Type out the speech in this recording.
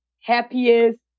happiest